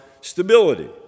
stability